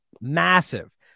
massive